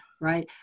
right